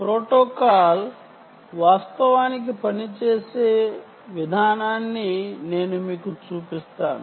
protocol వాస్తవానికి పనిచేసే విధానాన్ని నేను మీకు చూపిస్తాను